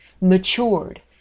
matured